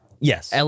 yes